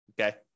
okay